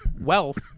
wealth